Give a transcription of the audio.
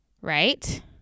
right